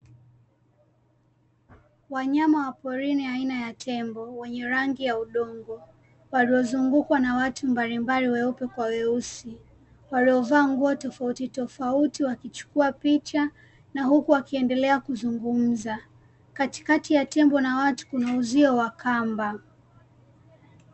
Wanyama wa porini aina ya tembo wenye rangi ya udongo waliozungukwa na watu mbalimbali weupe kwa weusi waliovaa nguo tofauti tofauti wakichukua picha na huku wakiendelea kuzungumza, katikati ya tembo na watu kuna uzio wa kamba.